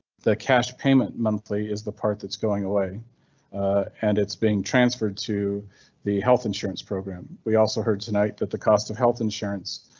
the cash payment monthly is the part that's going away and it's being transferred to the health insurance program. we also heard tonight that the cost of health insurance